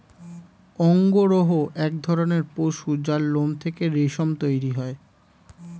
অঙ্গরূহ এক ধরণের পশু যার লোম থেকে রেশম তৈরি হয়